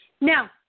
Now